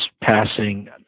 passing